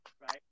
Right